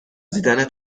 دیدنت